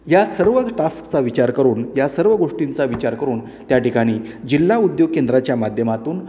या सर्व टास्कचा विचार करून या सर्व गोष्टींचा विचार करून त्याठिकाणी जिल्हा उद्योग केंद्राच्या माध्यमातून